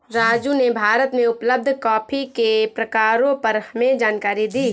राजू ने भारत में उपलब्ध कॉफी के प्रकारों पर हमें जानकारी दी